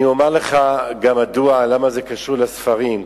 אני אומר לך גם מדוע זה קשור לספרים,